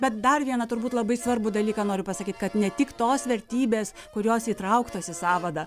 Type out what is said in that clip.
bet dar vieną turbūt labai svarbų dalyką noriu pasakyt kad ne tik tos vertybės kurios įtrauktos į sąvadą